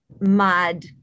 mud